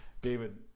David